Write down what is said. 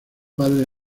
padre